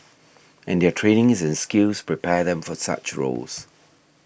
and their training and skills prepare them for such roles